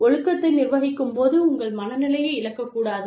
ஒழுக்கத்தை நிர்வகிக்கும்போது உங்கள் மனநிலையை இழக்கக்கூடாது